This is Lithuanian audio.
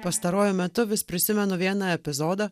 pastaruoju metu vis prisimenu vieną epizodą